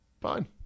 Fine